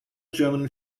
german